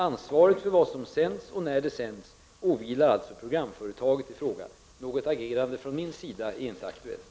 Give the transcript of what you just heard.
Ansvaret för vad som sänds och när det sänds åvilar alltså programföretaget i fråga. Något agerande från min sida är inte aktuellt.